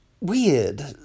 weird